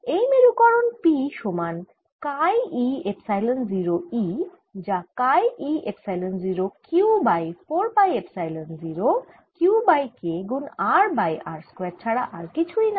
এই মেরুকরন P সমান কাই e এপসাইলন 0 E যা chi e epsilon 0 Q by 4 pi epsilon 0 Q by K গুন r বাই r স্কয়ার ছাড়া আর কিছুই না